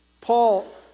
Paul